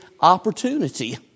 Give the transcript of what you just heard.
Opportunity